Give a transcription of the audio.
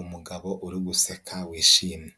Umugabo uri guseka wishimye,